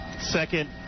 second